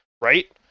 right